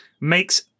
makes